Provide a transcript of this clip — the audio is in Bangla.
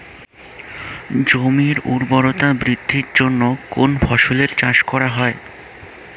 জমির উর্বরতা বৃদ্ধির জন্য কোন ফসলের চাষ করা হয়?